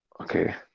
Okay